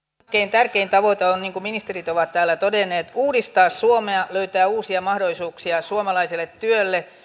tärkein tavoite on niin kuin ministerit ovat täällä jo todenneet uudistaa suomea löytää uusia mahdollisuuksia suomalaiselle työlle